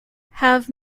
have